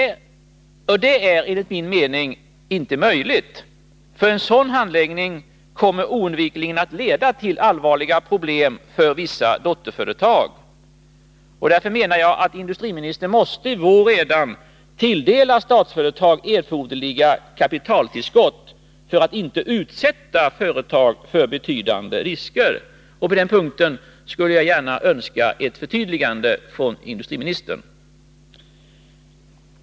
Det är enligt min mening inte möjligt, för en sådan handläggning kommer oundvikligen att leda till allvarliga problem för vissa dotterföretag. Därför menar jag att industriministern redan i vår måste tilldela Statsföretag erforderliga kapitaltillskott för att inte utsätta företag för betydande risker. Här skulle jag gärna vilja ha ett förtydligande från industriministern.